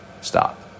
stop